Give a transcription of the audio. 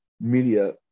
media